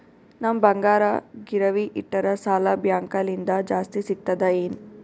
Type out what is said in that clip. ನಮ್ ಬಂಗಾರ ಗಿರವಿ ಇಟ್ಟರ ಸಾಲ ಬ್ಯಾಂಕ ಲಿಂದ ಜಾಸ್ತಿ ಸಿಗ್ತದಾ ಏನ್?